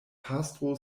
pastro